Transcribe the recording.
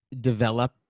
develop